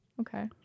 Okay